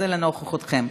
זה לנוחותכם.